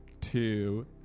two